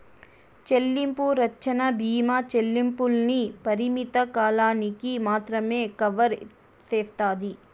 చెల్లింపు రచ్చన బీమా చెల్లింపుల్ని పరిమిత కాలానికి మాత్రమే కవర్ సేస్తాది